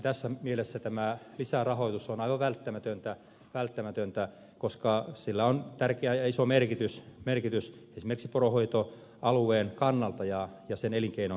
tässä mielessä tämä lisärahoitus on aivan välttämätöntä koska sillä on tärkeä ja iso merkitys esimerkiksi poronhoitoalueen ja sen elinkeinon kannalta